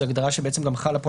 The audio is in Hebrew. זו הגדרה שחלה גם פה.